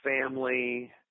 family